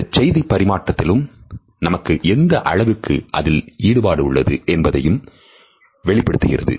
இந்த செய்தி பரிமாற்றத்திலும் நமக்கு எந்த அளவுக்கு அதில் ஈடுபாடு உள்ளது என்பதையும் வெளிப்படுத்துகிறது